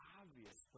obvious